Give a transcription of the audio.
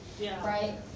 right